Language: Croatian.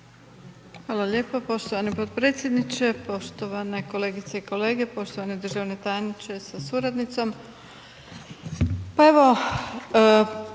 Hvala lijepa poštovani potpredsjedniče, poštovane kolegice i kolege, poštovani državni tajniče sa suradnicom.